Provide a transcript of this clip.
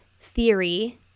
theory